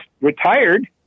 retired